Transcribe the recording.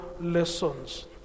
lessons